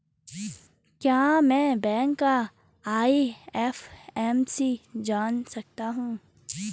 क्या मैं बैंक का आई.एफ.एम.सी जान सकता हूँ?